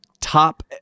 top